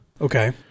Okay